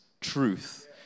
truth